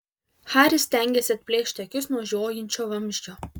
haris stengėsi atplėšti akis nuo žiojinčio vamzdžio